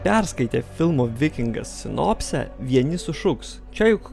perskaitę filmo vikingas sinopsę vieni sušuks čia juk